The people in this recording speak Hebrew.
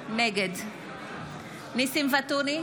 נגד ניסים ואטורי,